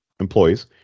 employees